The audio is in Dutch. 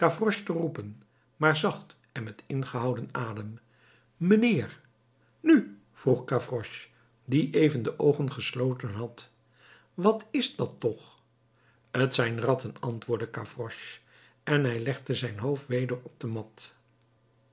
roepen maar zacht en met ingehouden adem mijnheer nu vroeg gavroche die even de oogen gesloten had wat is dat toch t zijn ratten antwoordde gavroche en hij legde zijn hoofd weder op de mat